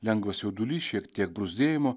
lengvas jaudulys šiek tiek bruzdėjimo